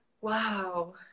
wow